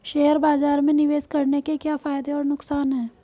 Share बाज़ार में निवेश करने के क्या फायदे और नुकसान हैं?